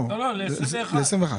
לא, ל-21'.